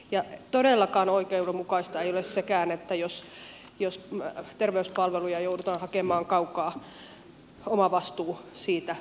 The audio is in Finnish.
ja todellakaan oikeudenmukaista ei ole sekään että jos terveyspalveluja joudutaan hakemaan kaukaa omavastuu siitä korottuu